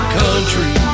country